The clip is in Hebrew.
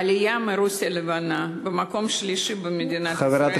העלייה מרוסיה הלבנה היא במקום השלישי במדינת ישראל,